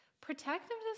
protectiveness